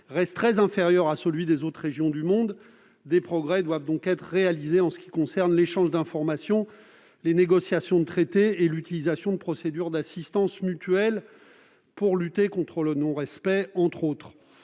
reste très inférieur à celui des autres régions du monde. Des progrès doivent donc être réalisés en ce qui concerne l'échange d'informations, les négociations de traités et l'utilisation de procédures d'assistance mutuelle pour lutter contre le non-respect, entre autres.